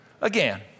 Again